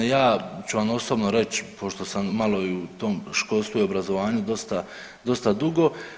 Ja ću vam osobno reći pošto sam malo i u tom školskom obrazovanju dosta dugo.